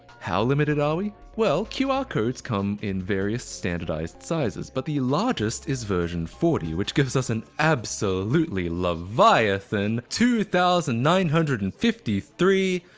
how limited are we? well qr codes come in various standardized sizes, but the largest is version forty which gives us an absolutely leviathan two thousand nine hundred and fifty three.